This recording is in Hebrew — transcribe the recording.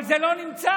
אבל זה לא נמצא,